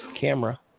camera